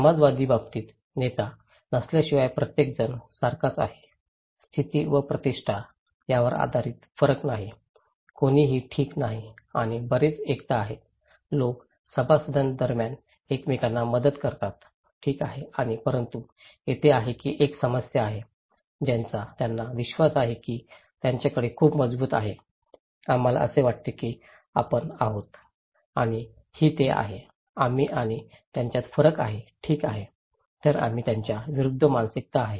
समतावादी बाबतीत नेता नसल्याशिवाय प्रत्येक जण सारखाच आहे स्थिती व प्रतिष्ठा यावर आधारित फरक नाही कोणीही ठीक नाही आणि बरेच एकता आहेत लोक सभासदांदरम्यान एकमेकांना मदत करतात ठीक आहे आणि परंतु तेथे आहे ही एक समस्या आहे ज्याचा त्यांना विश्वास आहे की त्यांच्याकडे खूप मजबूत आहे आम्हाला असे वाटते की आपण आहोत आणि ही ते आहे आम्ही आणि त्यांच्यात फरक आहे ठीक आहे तर आम्ही त्यांच्या विरूद्ध मानसिकता आहे